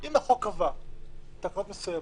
אם החוק קבע תקנות מסוימות,